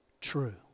true